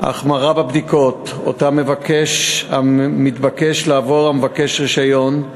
ההחמרה בבדיקות שמתבקש לעבור המבקש רישיון,